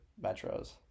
Metro's